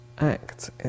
act